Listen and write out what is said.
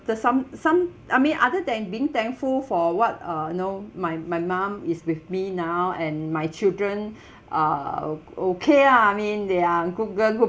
the some some I mean other than being thankful for what uh you know my my mum is with me now and my children uh o~ okay ah I mean they are good girl good